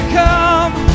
come